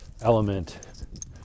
element